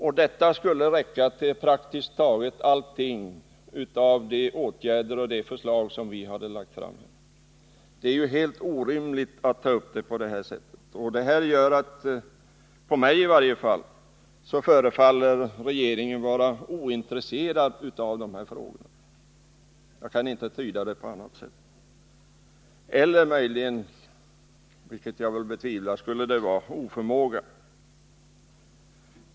Och det skulle räcka till praktiskt taget alla de förslag till åtgärder som vi hade lagt fram! Det är helt orimligt. Mig förefaller regeringen vara ointresserad av dessa frågor — jag kan inte tyda det på annat sätt. I annat fall måste bristen på handling bero på oförmåga, och jag betvivlar att det är förklaringen.